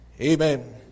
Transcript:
Amen